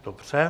Dobře.